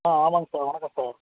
ஆ ஆமாங்க சார் வணக்கம் சார்